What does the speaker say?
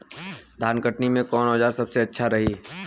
धान कटनी मे कौन औज़ार सबसे अच्छा रही?